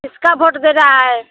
किसका भोट देगा है